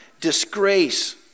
disgrace